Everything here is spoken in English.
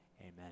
Amen